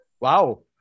Wow